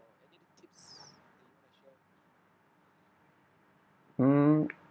mm